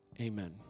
Amen